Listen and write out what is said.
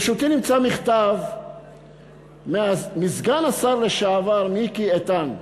ברשותי מכתב מסגן השר לשעבר מיקי איתן,